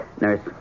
Nurse